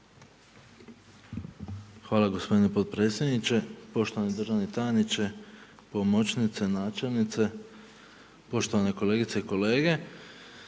Hvala gospodine potpredsjedniče, poštovani državni tajniče, pomoćnice, načelnice, poštovane kolegice i kolege.